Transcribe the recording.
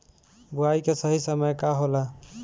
बुआई के सही समय का होला?